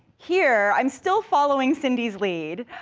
here, i'm still following cindy's lead,